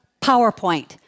PowerPoint